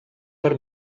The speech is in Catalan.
per